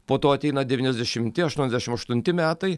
po to ateina devyniasdešimti aštuoniasdešimt aštunti metai